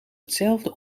hetzelfde